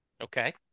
Okay